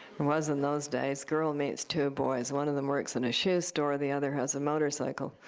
it was, in those days, girl meets two boys. one of them works in a shoe store. the other has a motorcycle.